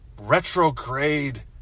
retrograde